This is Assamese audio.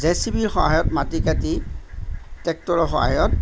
জে চি বি ৰ সহায়ত মাটি কাটি ট্ৰেক্টৰৰ সহায়ত